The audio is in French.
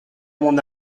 mon